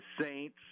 Saints